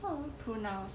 不懂怎样 pronounce